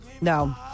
No